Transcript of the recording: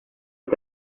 est